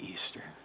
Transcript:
Easter